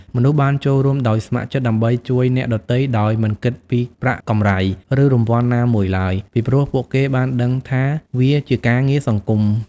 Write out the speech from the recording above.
មនុស្សបានចូលរួមដោយស្ម័គ្រចិត្តដើម្បីជួយអ្នកដទៃដោយមិនគិតពីប្រាក់កម្រៃឬរង្វាន់ណាមួយឡើយ ពីព្រោះពួកគេបានដឹងថាវាជាការងារសង្គម។